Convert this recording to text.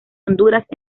honduras